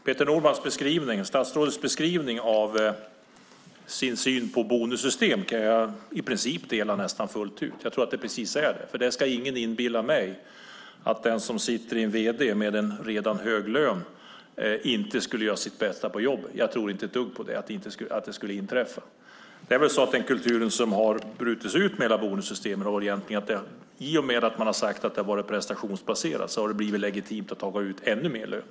Herr talman! Statsrådet Peter Normans beskrivning av och syn på bonussystem kan jag i princip nästan fullt ut dela. Jag tror att det är precis så. Ingen ska inbilla mig att en vd med redan hög lön inte skulle göra sitt bästa på jobbet. Jag tror inte ett dugg på att något sådant skulle inträffa. Det är väl så att den kultur som brutits ut med bonussystemen gjort att det i och med att man sagt att det är prestationsbaserat blivit legitimt att ta ut ännu mer i lön.